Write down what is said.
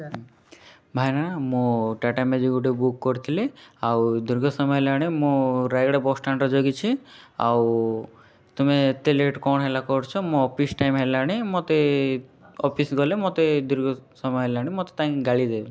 ଭାଇନା ମୁଁ ଟାଟା ମ୍ୟାଜିକ୍ ଗୋଟେ ବୁକ୍ କରିଥିଲି ଆଉ ଦୀର୍ଘ ସମୟ ହେଲାଣି ମୁଁ ରାୟଗଡ଼ା ବସ୍ଷ୍ଟାଣ୍ଡରେ ଜଗିଛି ଆଉ ତୁମେ ଏତେ ଲେଟ୍ କ'ଣ ହେଲା କରୁଛ ମୋ ଅଫିସ୍ ଟାଇମ୍ ହେଲାଣି ମୋତେ ଅଫିସ୍ ଗଲେ ମୋତେ ଦୀର୍ଘ ସମୟ ହେଲାଣି ମୋତେ ତାଙ୍କେ ଗାଳି ଦେବେ